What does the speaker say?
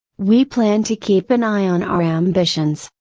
we plan to keep an eye on our ambitions,